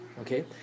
okay